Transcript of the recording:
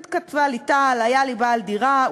כתבה לי טל: היה לי בעל דירה,